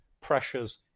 pressures